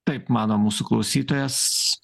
taip mano mūsų klausytojas